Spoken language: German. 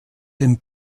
dem